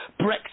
Brexit